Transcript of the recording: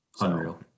Unreal